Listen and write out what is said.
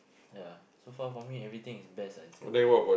ya so far for me everything is best ah in Singapore